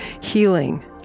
healing